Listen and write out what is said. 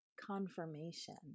confirmation